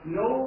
no